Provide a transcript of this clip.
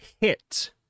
hit